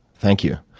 thank you.